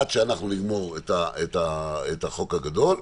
עד שאנחנו נגמור את החוק הגדול,